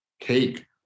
cake